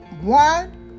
one